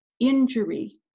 Injury